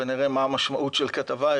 ונראה מה המשמעות של כתבה,